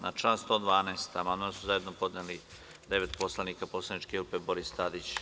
Na član 112. amandman su zajedno podneli devet poslanika poslaničke grupe Boris Tadić.